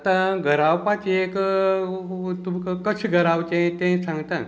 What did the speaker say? आतां गरावपाची एक तुमकां कशें गरांवचें तें सांगता